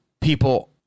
People